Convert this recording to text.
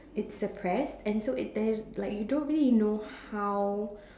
it's suppressed and so it there is like you don't really know how